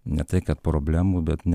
ne tai kad problemų bet ne